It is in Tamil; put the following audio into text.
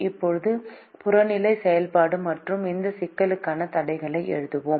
இப்போது புறநிலை செயல்பாடு மற்றும் இந்த சிக்கலுக்கான தடைகளை எழுதுவோம்